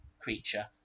creature